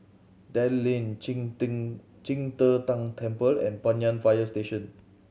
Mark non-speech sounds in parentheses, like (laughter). Dell Lane Qing (unintelligible) Qing De Tang Temple and Banyan Fire Station